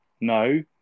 No